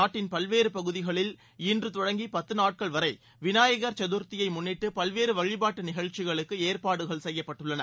நாட்டின் பல்வேறு பகுதிகளில் இன்று தொடங்கி பத்து நாட்கள்வரை விநாயகர் சதுார்த்தியை முன்னிட்டு பல்வேறு வழிபாட்டு நிகழ்ச்சிகளுக்கு ஏற்பாடுகள் செய்யப்பட்டுள்ளன